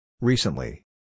Recently